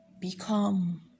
become